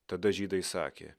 tada žydai sakė